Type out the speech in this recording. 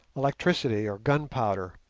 electricity, or gunpowder,